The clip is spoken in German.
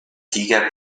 sieger